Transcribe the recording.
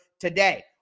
today